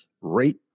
rate